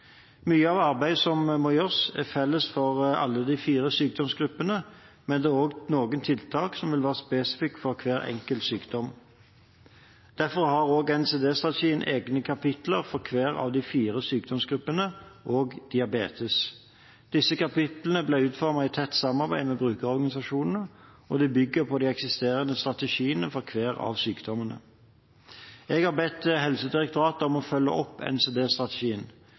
Mye av arbeidet som må gjøres, er felles for alle de fire sykdomsgruppene, men det er også noen tiltak som vil være spesifikke for hver enkelt sykdom. Derfor har også NCD-strategien egne kapitler om hver av de fire sykdomsgruppene – også diabetes. Disse kapitlene ble utformet i tett samarbeid med brukerorganisasjonene, og de bygger på de eksisterende strategiene for hver av sykdommene. Jeg har bedt Helsedirektoratet om å følge opp